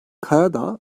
karadağ